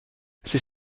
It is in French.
ces